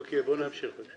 אוקיי, בוא נמשיך, בבקשה.